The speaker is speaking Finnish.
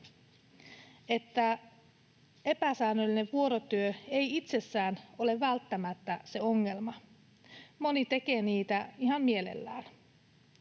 että epäsäännöllinen vuorotyö ei itsessään ole välttämättä se ongelma. Moni tekee niitä ihan mielellään.